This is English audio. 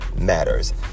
matters